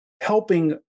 helping